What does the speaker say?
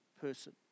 person